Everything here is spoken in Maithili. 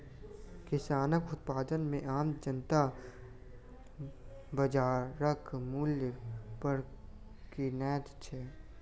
किसानक उत्पाद के आम जनता बाजारक मूल्य पर किनैत छै